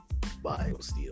Biosteel